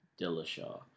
Dillashaw